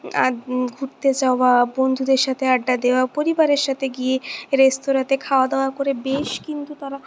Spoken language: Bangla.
আর ঘুরতে যাওয়া বন্ধুদের সাথে আড্ডা দেওয়া পরিবারের সাথে গিয়ে রেস্তোরাঁতে খাওয়া দাওয়া করে বেশ কিন্তু তারা